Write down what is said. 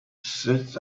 sits